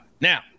Now